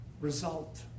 result